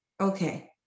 Okay